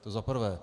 To za prvé.